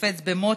קופץ במוט,